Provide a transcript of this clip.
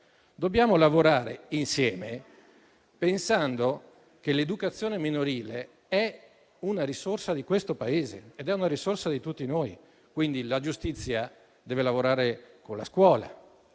Dobbiamo lavorare insieme pensando che l'educazione minorile è una risorsa di questo Paese ed è una risorsa per tutti noi, quindi la giustizia deve lavorare con la scuola